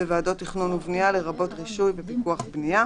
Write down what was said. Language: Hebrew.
ועדות תכנון ובנייה לרבות רישוי ופיקוח בנייה.